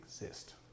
exist